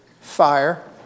fire